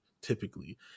typically